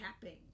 tapping